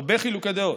הרבה חילוקי דעות,